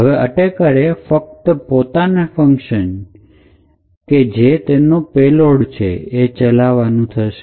હવે અટેકેર એ ફક્ત પોતાના ફંકશન કે જે છે તેનો પેલોડ એ ચાલવા નું થશે